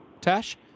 Tash